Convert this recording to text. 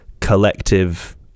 collective